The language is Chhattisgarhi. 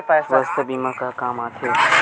सुवास्थ बीमा का काम आ थे?